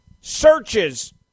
searches